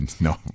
No